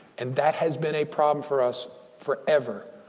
and that has been a problem for us forever.